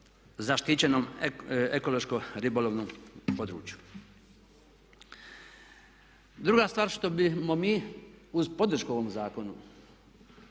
zaštićenom ekološko-ribolovnom području. Druga stvar što bismo mi uz podršku ovom zakonu